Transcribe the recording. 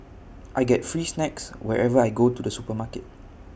I get free snacks whenever I go to the supermarket